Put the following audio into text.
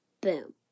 Boom